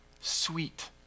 sweet